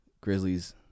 Grizzlies